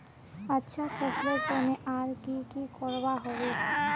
अच्छा फसलेर तने आर की की करवा होबे?